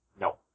No